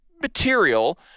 material